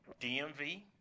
DMV